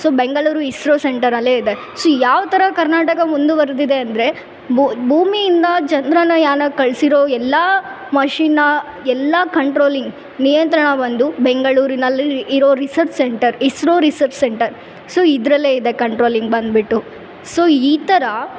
so Bengaluru ISRO ಸೆಂಟರಲ್ಲೇ ಇದೆ so ಯಾವ ಥರ ಕರ್ನಾಟಕ ಮುಂದುವರೆದಿದೆ ಅಂದರೆ ಭೂಮಿಯಿಂದ ಚಂದ್ರನಯಾನಕ್ಕೆ ಕಳಿಸಿರೋ ಎಲ್ಲ ಮಷಿನ್ನು ಎಲ್ಲ ಕಂಟ್ರೋಲಿಂಗ್ ನಿಯಂತ್ರಣ ಬಂದು ಬೆಂಗಳೂರಿನಲ್ಲಿ ಇರೋ research centre ISRO research centre so ಇದರಲ್ಲೇ ಇದೆ ಕಂಟ್ರೋಲಿಂಗ್ ಬಂದ್ಬಿಟ್ಟು ಸೊ ಈ ಥರ